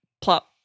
plop